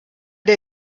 der